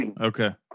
Okay